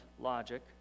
logic